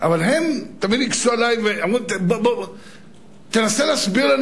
אבל תמיד הקשו עלי ואמרו לי: תנסה להסביר לנו